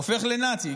הופך לנאצי.